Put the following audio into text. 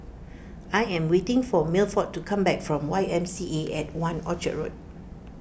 I am waiting for Milford to come back from Y M C A at one Orchard